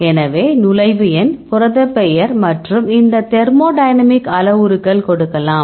எனவே நுழைவு எண் புரதப் பெயர் மற்றும் இந்த தெர்மோடைனமிக் அளவுருக்கள் கொடுக்கலாம்